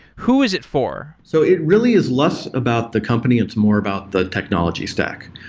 who is it for? so it really is less about the company. it's more about the technology stack.